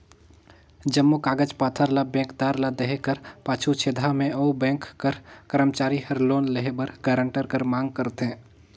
जम्मो कागज पाथर ल बेंकदार ल देहे कर पाछू छेदहा में ओ बेंक कर करमचारी हर लोन लेहे बर गारंटर कर मांग करथे